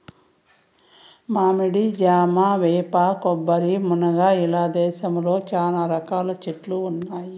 మామిడి, జామ, వేప, కొబ్బరి, మునగ ఇలా దేశంలో చానా రకాల చెట్లు ఉన్నాయి